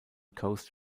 coast